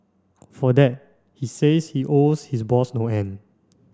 for that he says he owes his boss no end